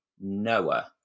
Noah